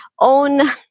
own